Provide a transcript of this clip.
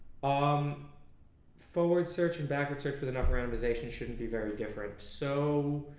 um forward search and backward search with enough randomization shouldn't be very different so